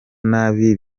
nabi